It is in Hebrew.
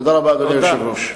תודה רבה, אדוני היושב-ראש.